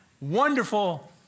wonderful